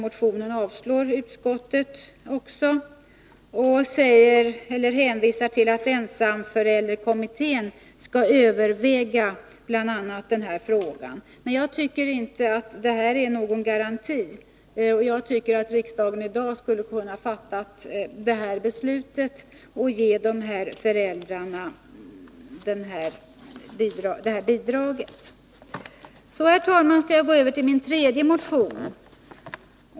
Utskottet avstyrker även denna motion och hänvisar till att ensamförälderkommittén skall överväga bl.a. den här frågan. Men jag tycker inte att detta är någon garanti, och jag anser att riksdagen i dag borde kunna fatta detta beslut och ge dessa föräldrar det här bidraget. Så, herr talman, skall jag gå över till min tredje motion.